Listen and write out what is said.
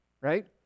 right